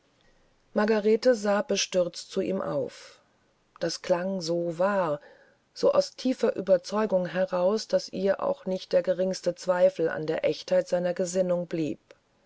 margarete sah bestürzt zu ihm auf das klang so wahr so aus tiefster ueberzeugung heraus daß ihr auch nicht der geringste zweifel an der echtheit seiner gesinnung blieb